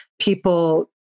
people